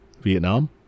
Vietnam